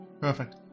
Perfect